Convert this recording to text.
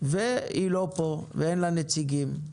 והיא לא פה ואין לה נציגים.